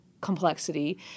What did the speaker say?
complexity